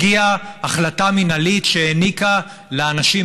הגיעה החלטה מינהלית שהעניקה לאנשים